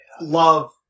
love